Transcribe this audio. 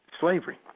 slavery